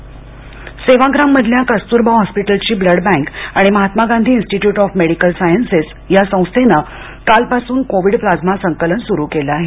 Kasturba hospital Sevagram मधल्या कस्तूरबा हॉस्पिटलची blood bank आणि Mahatma Gandhi institute of medical sciences या संस्थेनं कालपासून कोविड प्लाइमा संकलन सुरू केले आहे